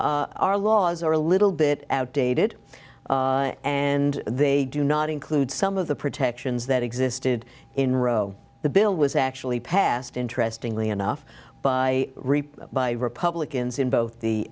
so our laws are a little bit outdated and they do not include some of the protections that existed in roe the bill was actually passed interestingly enough by reply by republicans in both the